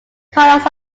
colors